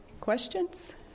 Questions